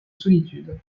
solitude